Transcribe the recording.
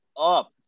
up